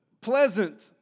pleasant